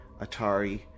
Atari